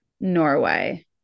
Norway